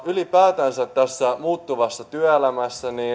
ylipäätänsä tässä muuttuvassa työelämässä